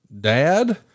dad